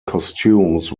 costumes